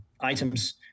items